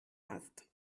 hast